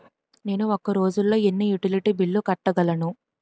నేను ఒక రోజుల్లో ఎన్ని యుటిలిటీ బిల్లు కట్టగలను?